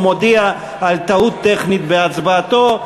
הוא מודיע על טעות טכנית בהצבעתו.